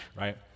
right